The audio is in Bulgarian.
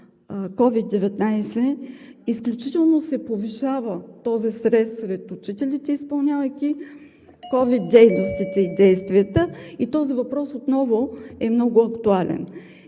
COVID-19 изключително се повишава този стрес сред учителите, изпълнявайки COVID дейностите и действията, и този въпрос отново е много актуален.